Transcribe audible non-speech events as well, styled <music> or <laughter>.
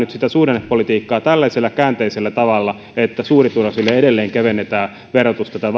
suhdannepolitiikkaa tällaisella käänteisellä tavalla että suurituloisille edelleen kevennetään verotusta tai <unintelligible>